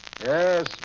Yes